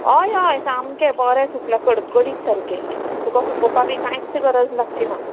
हय हय सामके बरे सुकल्या कडकडीत सारके तुका सुकोवपा बी कांयच गरज लागची ना